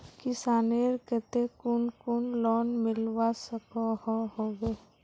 किसानेर केते कुन कुन लोन मिलवा सकोहो होबे?